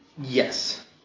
Yes